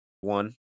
one